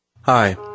Hi